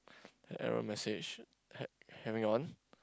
error message ha~ having on